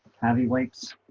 happy wipes